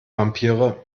vampire